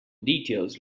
details